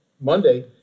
monday